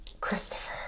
Christopher